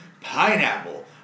Pineapple